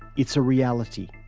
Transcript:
it's a reality.